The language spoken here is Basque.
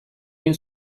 egin